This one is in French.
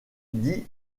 dit